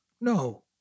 No